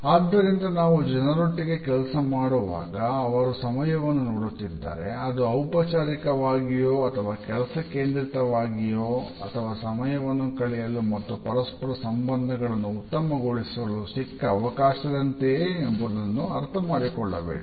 ಆದ್ದರಿಂದ ನಾವು ಜನರೊಟ್ಟಿಗೆ ಕೆಲಸ ಮಾಡುವಾಗ ಅವರು ಸಮಯವನ್ನು ನೋಡುತ್ತಿದ್ದರೆ ಅದು ಔಪಚಾರಿಕವಾಗಿಯೋ ಅಥವಾ ಕೆಲಸ ಕೇಂದ್ರಿತವಾಗಿಯೇ ಅಥವಾ ಸಮಯ ಕಳೆಯಲು ಮತ್ತು ಪರಸ್ಪರರ ಸಂಬಂಧಗಳನ್ನು ಉತ್ತಮಗೊಳಿಸಲು ಸಿಕ್ಕ ಅವಕಾಶದಂತೆಯೇ ಎಂಬುದನ್ನು ಅರ್ಥಮಾಡಿಕೊಳ್ಳಬೇಕು